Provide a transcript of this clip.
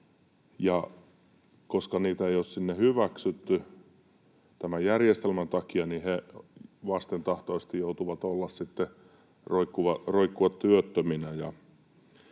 koska heitä ei ole sinne hyväksytty tämän järjestelmän takia, niin he vastentahtoisesti joutuvat sitten roikkumaan työttöminä.